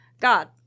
God